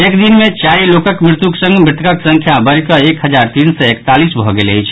एक दिन मे चारि लोकक मृत्युक संग मृतकक संख्या बढ़ि कऽ एक हजार तीन सय एकतालीस भऽ गेल अछि